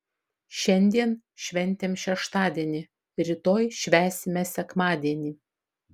šiandien šventėm šeštadienį rytoj švęsime sekmadienį